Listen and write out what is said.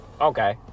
Okay